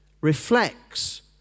reflects